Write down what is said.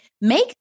make